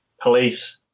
police